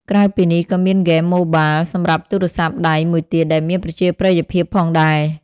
ក្រៅពីនេះ ក៏មានហ្គេមម៉ូបាល សម្រាប់ទូរសព្ទដៃមួយទៀតដែលមានប្រជាប្រិយភាពផងដែរ។